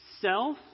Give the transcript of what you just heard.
self